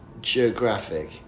geographic